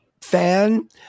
fan